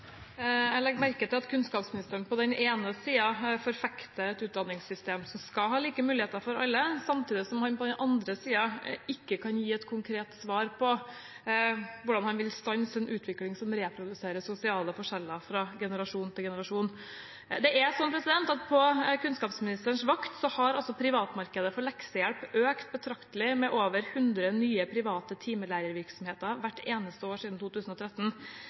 Jeg legger merke til at kunnskapsministeren på den ene siden forfekter et utdanningssystem som skal ha like muligheter for alle, samtidig som han på den andre siden ikke kan gi et konkret svar på hvordan han vil stanse den utviklingen som reproduserer sosiale forskjeller fra generasjon til generasjon. Det er slik at på kunnskapsministerens vakt har privatmarkedet for leksehjelp økt betraktelig, med over 100 nye private timelærervirksomheter hvert eneste år siden 2013.